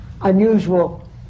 unusual